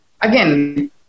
again